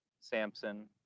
Samson